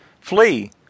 Flee